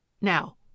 Now—